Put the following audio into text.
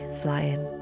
flying